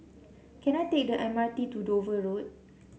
can I take the M R T to Dover Road